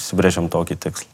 užsibrėžėm tokį tikslą